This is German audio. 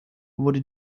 wurde